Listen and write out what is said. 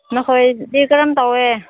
ꯅꯈꯣꯏꯗꯤ ꯀꯔꯝ ꯇꯧꯋꯦ